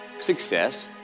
success